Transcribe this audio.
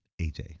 AJ